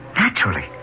Naturally